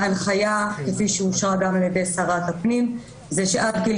ההנחיה כפי שאושרה על-ידי שרת הפנים והיא שעד גיל